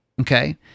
Okay